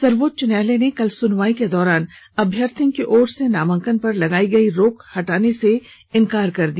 सर्वोच्च न्यायालय ने कल सुनवाई के दौरान अभ्यर्थियों की ओर से नामांकन पर लगाई गई रोक हटाने से इनकार कर दिया